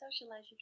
socialize